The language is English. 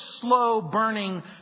slow-burning